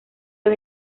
los